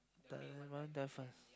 the one there first